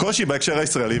הקושי בהקשר הישראלי,